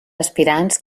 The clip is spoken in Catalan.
aspirants